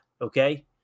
okay